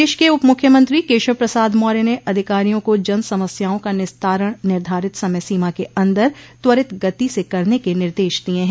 प्रदेश के उप मुख्यमंत्री केशव प्रसाद मौर्य ने अधिकारियों को जन समस्याओं का निस्तारण निर्धारित समय सीमा के अन्दर त्वरित गति से करने के निर्देश दिये हैं